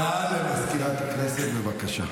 הודעה לסגנית מזכיר הכנסת, בבקשה.